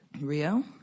Rio